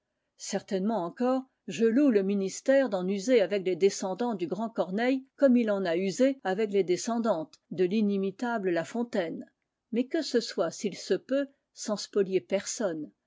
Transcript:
certainement encore je loue le ministère d'en user avec les descendants du grand corneille comme il en a usé avec les descendantes de l'inimitable la fontaine mais que ce soit s'il se peut sans spolier personne